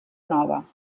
nova